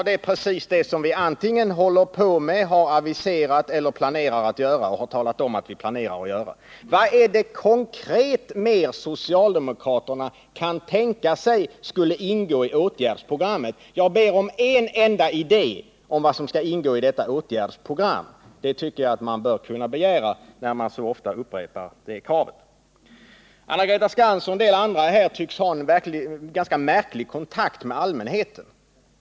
Det är precis vad vi antingen håller på med, har Nr 163 aviserat eller talat om att vi planerar att göra. Torsdagen den Vad är det konkret mer som socialdemokraterna kan tänka sig skulle ingå i 31 maj 1979 åtgärdsprogrammet? Jag ber om en enda idé om vad som skall ingå i detta åtgärdsprogram. Det tycker jag vi skall kunna begära när man så ofta upprepar det kravet. Anna-Greta Skantz och andra tycks ha en ganska märklig kontakt med allmänheten.